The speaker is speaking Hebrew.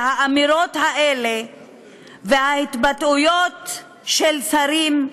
האמירות האלה וההתבטאויות של שרים,